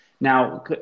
Now